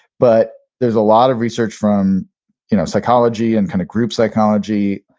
but there's a lot of research from you know psychology and kind of group psychology.